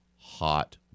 hot